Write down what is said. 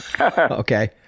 Okay